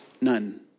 none